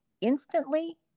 instantly